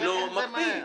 אני לא מקפיא.